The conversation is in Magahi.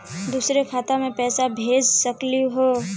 दुसरे खाता मैं पैसा भेज सकलीवह?